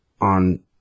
on